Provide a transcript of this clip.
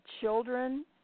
children